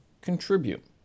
contribute